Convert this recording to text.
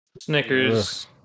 Snickers